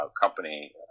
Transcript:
company